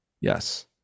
yes